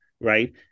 right